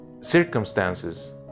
circumstances